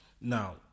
now